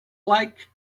like